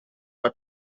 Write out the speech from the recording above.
met